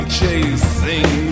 chasing